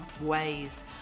ways